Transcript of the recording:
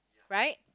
right